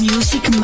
Music